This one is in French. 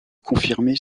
confirmer